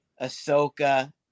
Ahsoka